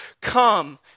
come